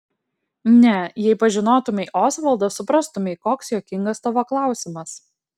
ne jei pažinotumei osvaldą suprastumei koks juokingas tavo klausimas